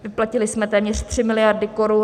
Vyplatili jsme téměř 3 mld. korun.